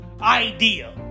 idea